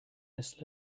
this